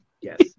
yes